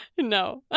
No